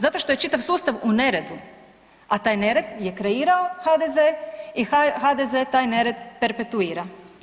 Zato što je čitav sustav u neredu, a taj nered je kreirao HDZ i HDZ taj nered perpetuira.